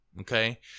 Okay